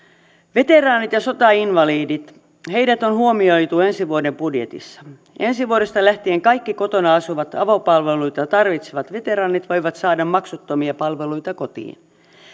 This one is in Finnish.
veteraanit ja sotainvalidit on huomioitu ensi vuoden budjetissa ensi vuodesta lähtien kaikki kotona asuvat avopalveluita tarvitsevat veteraanit voivat saada maksuttomia palveluita kotiin